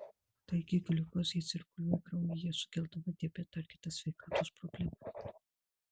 taigi gliukozė cirkuliuoja kraujyje sukeldama diabetą ir kitas sveikatos problemas